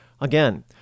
Again